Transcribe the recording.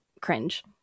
cringe